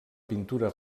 pintura